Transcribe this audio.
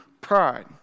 pride